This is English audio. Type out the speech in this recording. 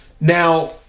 Now